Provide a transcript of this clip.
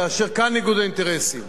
כאשר כאן ניגוד האינטרסים.